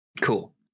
Cool